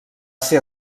ser